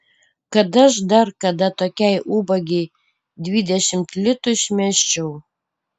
kad aš dar kada tokiai ubagei dvidešimt litų išmesčiau